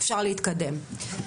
אפשר להתקדם.